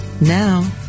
Now